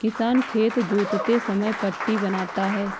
किसान खेत जोतते समय पट्टी बनाता है